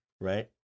right